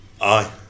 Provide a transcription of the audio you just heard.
aye